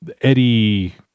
Eddie